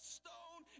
stone